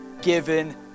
given